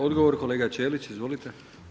Odgovor kolega Ćelić, izvolite.